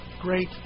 great